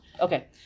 Okay